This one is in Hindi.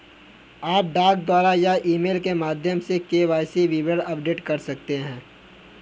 आप डाक द्वारा या ईमेल के माध्यम से के.वाई.सी विवरण अपडेट कर सकते हैं